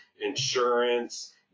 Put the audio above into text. insurance